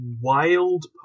wild